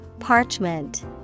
Parchment